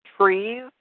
trees